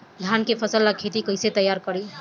धान के फ़सल ला खेती कइसे तैयार करी?